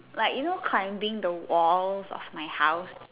like you know climbing the walls of my house